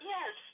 Yes